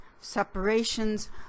separations